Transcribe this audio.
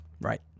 Right